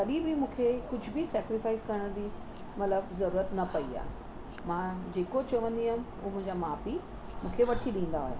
कॾहिं बि मूंखे कुझु बि सेक्रीफाइज़ करण जी मतलबु ज़रूरत न पेई आहे मां जेको चवंदी हुअसि हू मुंहिंजा माउ पीउ मूंखे वठी ॾींदा हुआ